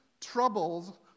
troubles